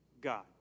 God